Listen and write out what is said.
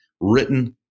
written